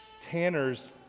Tanners